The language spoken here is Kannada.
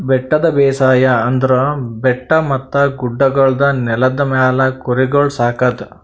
ಬೆಟ್ಟದ ಬೇಸಾಯ ಅಂದುರ್ ಬೆಟ್ಟ ಮತ್ತ ಗುಡ್ಡಗೊಳ್ದ ನೆಲದ ಮ್ಯಾಲ್ ಕುರಿಗೊಳ್ ಸಾಕದ್